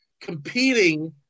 competing